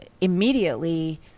immediately